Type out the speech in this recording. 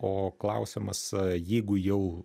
o klausimas jeigu jau